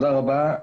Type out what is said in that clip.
תודה רבה.